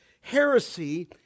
heresy